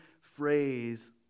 phrase